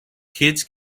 kids